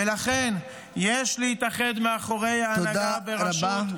ולכן יש להתאחד מאחורי ההנהגה -- תודה רבה,